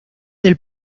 del